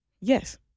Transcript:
Yes